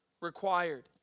required